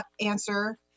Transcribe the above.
answer